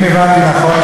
אם הבנתי נכון,